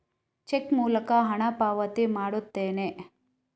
check ಮೂಲಕ ಹಣ ಪಾವತಿ ಮಾಡುತ್ತೇನೆ